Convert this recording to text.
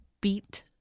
beat